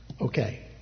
Okay